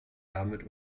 damit